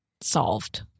solved